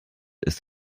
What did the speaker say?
ist